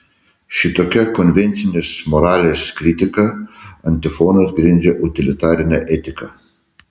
šitokia konvencinės moralės kritika antifonas grindžia utilitarinę etiką